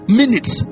minutes